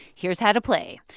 here's how to play.